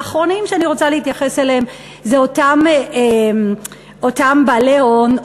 ואחרונים שאני רוצה להתייחס אליהם הם אותם בעלי הון,